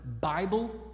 bible